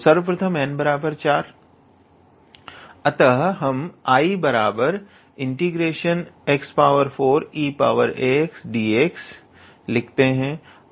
सर्वप्रथम n4 अतः हम 𝐼4 ∫ 𝑥4𝑒𝑎𝑥𝑑𝑥 लिखते हैं